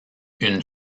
une